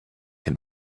can